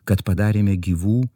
kad padarėme gyvų